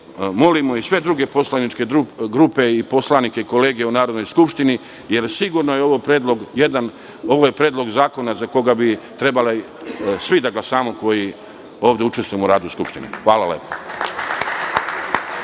molimo i sve druge poslaničke grupe i poslanike kolege u Narodnoj skupštini, jer je ovo sigurno predlog zakona za koga bi trebali svi da glasamo, svi koji ovde učestvujemo u radu Skupštine. Hvala lepo.